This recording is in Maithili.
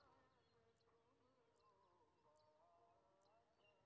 कम से कम कतेक पैसा वाला निवेश ठीक होते?